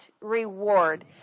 reward